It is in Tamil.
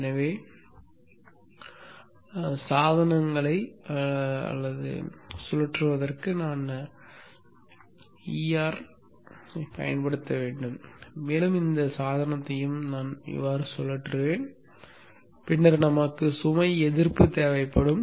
எனவே சாதனங்களைச் சுழற்றுவதற்கு நான் ER ஐப் பயன்படுத்த வேண்டும் மேலும் இந்தச் சாதனத்தையும் சுழற்றுவேன் பின்னர் நமக்கு சுமை எதிர்ப்பு தேவைப்படும்